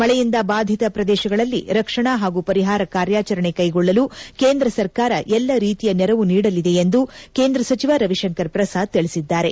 ಮಳೆಯಿಂದ ಬಾಧಿತ ಪ್ರದೇಶಗಳಲ್ಲಿ ರಕ್ಷಣಾ ಪಾಗೂ ಪರಿಪಾರ ಕಾರ್ಯಾಚರಣೆ ಕೈಗೊಳ್ಳಲು ಕೇಂದ್ರ ಸರಕಾರ ಎಲ್ಲ ರೀತಿಯ ನೆರವು ನೀಡಲಿದೆ ಎಂದು ಕೇಂದ್ರ ಸಚಿವ ರವಿಶಂಕರ್ ಪ್ರಸಾದ್ ತಿಳಿಸಿದ್ದಾರೆ